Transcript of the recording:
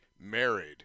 married